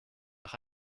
nach